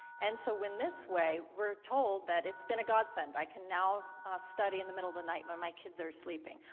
and so in this way, we're told that it's been a god-send. i can now study in the middle of the night where my kids are sleeping.